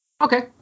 Okay